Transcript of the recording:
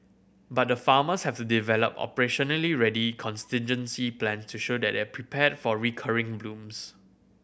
but the farmers have to develop operationally ready contingency plan to show that they are prepared for recurring blooms